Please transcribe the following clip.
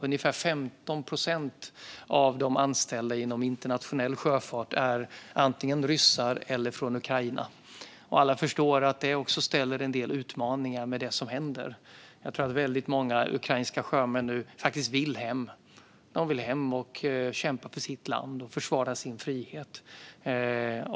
Ungefär 15 procent av de anställda inom internationell sjöfart är antingen ryssar eller från Ukraina. Alla förstår att det som nu händer innebär en del utmaningar. Jag tror att väldigt många ukrainska sjömän vill hem och kämpa för sitt land och försvara sin frihet.